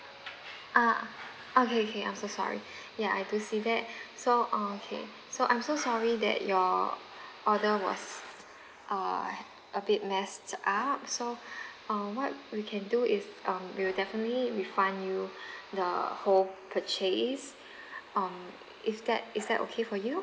ah okay okay I'm so sorry ya I do see that so um okay so I'm so sorry that your order was uh a bit messed up so uh what we can do is um we'll definitely refund you the whole purchase um is that is that okay for you